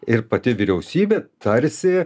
ir pati vyriausybė tarsi